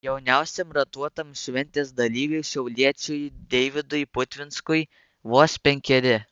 jauniausiam ratuotam šventės dalyviui šiauliečiui deividui putvinskui vos penkeri